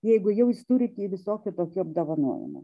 jeigu jau jis turi tie visokių tokių apdovanojimų